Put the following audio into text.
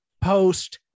post